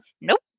Nope